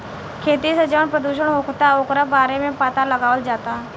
खेती से जवन प्रदूषण होखता ओकरो बारे में पाता लगावल जाता